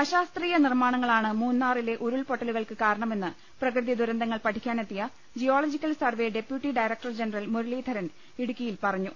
അശാസ്ത്രീയ നിർമ്മാണങ്ങളാണ് മൂന്നാറിലെ ഉരുൾപൊട്ടലുകൾക്ക് കാരണമെന്ന് പ്രകൃതി ദുരന്തങ്ങൾ പഠിക്കാനെത്തിയ geological survey deputy director general Muraleedharan ഇടുക്കിയിൽ പറഞ്ഞു